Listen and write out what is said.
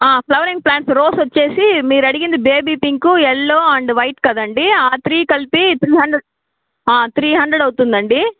flowering plants rose వచ్చేసి మీరు అడిగింది baby pink yellow and white కదండీ ఆ త్రీ కలిపి త్రీ హండ్రెడ్ త్రీ హండ్రెడ్ అవుతుందండి